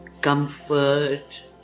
comfort